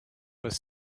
was